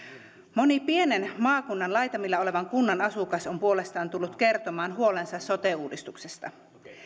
moni pienen maakunnan laitamilla olevan kunnan asukas on puolestaan tullut kertomaan huolensa sote uudistuksesta